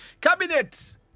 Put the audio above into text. Cabinet